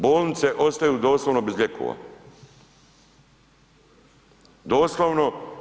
Bolnice ostaju doslovno bez lijekova, doslovno.